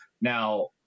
Now